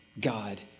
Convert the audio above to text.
God